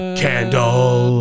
candle